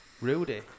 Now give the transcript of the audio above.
Rudy